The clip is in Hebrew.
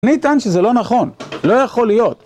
אני אטען שזה לא נכון, לא יכול להיות.